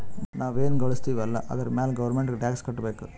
ನಾವ್ ಎನ್ ಘಳುಸ್ತಿವ್ ಅಲ್ಲ ಅದುರ್ ಮ್ಯಾಲ ಗೌರ್ಮೆಂಟ್ಗ ಟ್ಯಾಕ್ಸ್ ಕಟ್ಟಬೇಕ್